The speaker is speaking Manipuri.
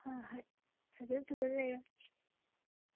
ꯍꯣꯏ ꯍꯣꯏ ꯐꯖ ꯐꯖꯅ ꯂꯩꯔꯣ